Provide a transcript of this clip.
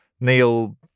Neil